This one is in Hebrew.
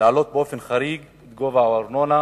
להעלות באופן חריג את הארנונה